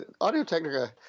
Audio-Technica